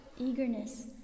eagerness